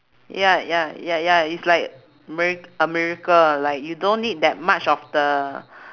ya ya ya ya it's like mirac~ a miracle like you don't need that much of the